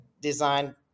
design